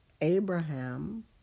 Abraham